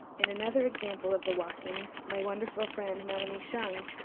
in another example of the walking, my wonderful friend melanie cheung,